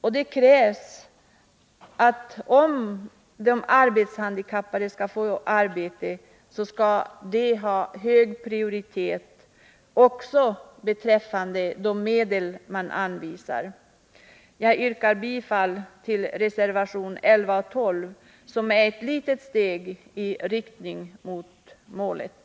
Om de arbetshandikappade skall få arbete måste insatserna för dem prioriteras när anslagen skall fördelas. Herr talman! Jag yrkar bifall till reservationerna 11 och 12, som är ett litet steg i riktning mot målet.